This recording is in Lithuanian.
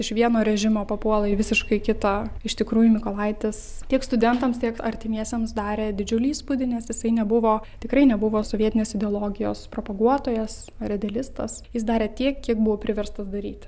iš vieno režimo papuola į visiškai kitą iš tikrųjų mykolaitis tiek studentams tiek artimiesiems darė didžiulį įspūdį nes jisai nebuvo tikrai nebuvo sovietinės ideologijos propaguotojas redelistas jis darė tiek kiek buvo priverstas daryti